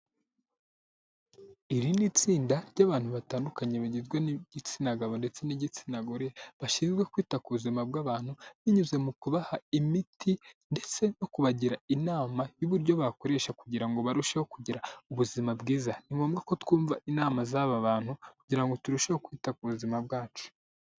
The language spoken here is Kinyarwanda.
Iri ni itsinda ry'abantu batandukanye bagizwe n'igitsina gabo ndetse n'igitsina gore, bashinzwe kwita ku buzima bw'abantu binyuze mu kubaha imiti ndetse no kubagira inama y'uburyo bakoresha kugira ngo barusheho kugira ubuzima bwiza. Ni ngombwa ko twumva inama z'aba bantu kugira ngo turusheho kwita ku buzima bwacu.